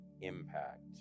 impact